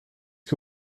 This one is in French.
que